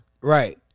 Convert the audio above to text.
Right